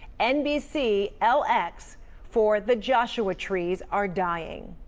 nbc lx for the joshua trees are dying,